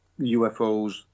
UFOs